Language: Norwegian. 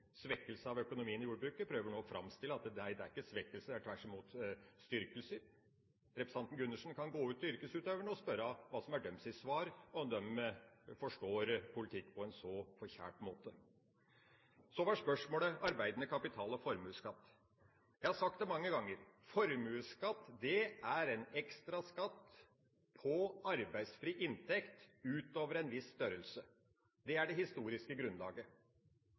svekkelse av økonomien i jordbruket i Norge, men prøver nå å framstille det som at nei, det er ikke svekkelse, det er tvert imot styrkelse. Representanten Gundersen kan gå ut til yrkesutøverne og spørre om hva som er deres svar, og om de forstår politikk på en så forkjært måte. Så var det spørsmålet om arbeidende kapital og formuesskatt. Jeg har sagt det mange ganger: Formuesskatt er en ekstra skatt på arbeidsfri inntekt utover en viss størrelse. Det er det historiske grunnlaget.